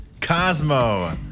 Cosmo